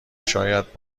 شاید